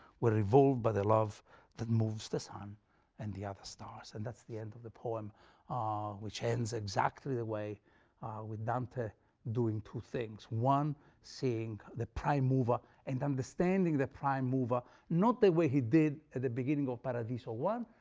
were revolved by the love that moves the sun and the other stars. and that's the end of the poem which ends exactly the way with dante doing two things. one seeing the prime mover and understanding the prime mover, not the way he did at the beginning of but paradiso so i,